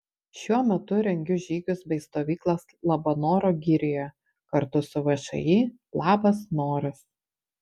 šiuo metu rengiu žygius bei stovyklas labanoro girioje kartu su všį labas noras